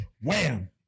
wham